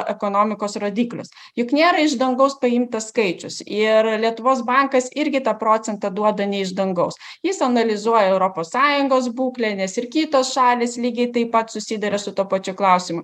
ekonomikos rodiklius juk nėra iš dangaus paimtas skaičius ir lietuvos bankas irgi tą procentą duoda ne iš dangaus jis analizuoja europos sąjungos būklę nes ir kitos šalys lygiai taip pat susiduria su tuo pačiu klausimu